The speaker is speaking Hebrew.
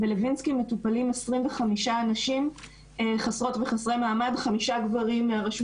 בלוינסקי מטופלים 25 אנשים חסרות וחסרי מעמד: חמישה גברים מהרשות